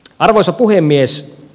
arvoisa puhemies